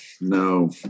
no